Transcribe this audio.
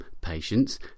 patients